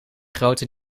grote